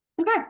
okay